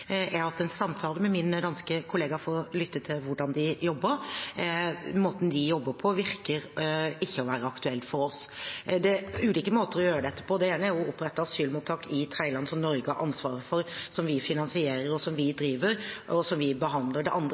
Jeg har hatt en samtale med min danske kollega for å lytte til hvordan de jobber. Måten de jobber på, ser ikke ut til å være aktuell for oss. Det er ulike måter å gjøre dette på, og det ene er å opprette asylmottak i tredjeland, som Norge har ansvaret for, som vi finansierer, og som vi driver, og som vi behandler. Det andre